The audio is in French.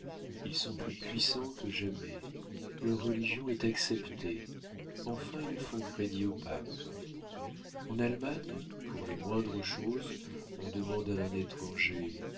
ils sont plus puissants que jamais leur religion est acceptée enfin ils font crédit au pape en allemagne pour les moindres choses on demande à un étranger